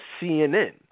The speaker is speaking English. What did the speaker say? CNN